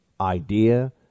idea